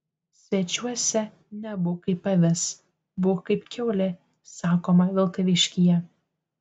svečiuose nebūk kaip avis būk kaip kiaulė sakoma vilkaviškyje